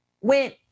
went